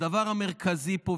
הדבר המרכזי פה,